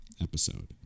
episode